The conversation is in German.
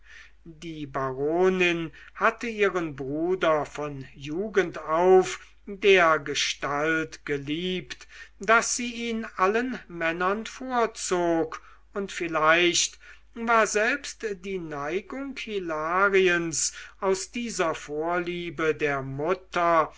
die baronin hatte ihren bruder von jugend auf dergestalt geliebt daß sie ihn allen männern vorzog und vielleicht war selbst die neigung hilariens aus dieser vorliebe der mutter